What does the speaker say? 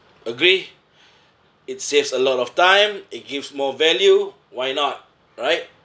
agree it saves a lot of time it gives more value why not right